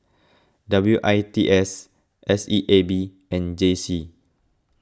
W I T S S E A B and J C